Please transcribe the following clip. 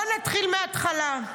בוא נתחיל מהתחלה.